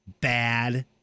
bad